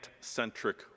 centric